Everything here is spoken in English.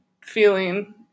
feeling